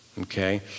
Okay